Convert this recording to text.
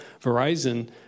Verizon